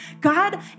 God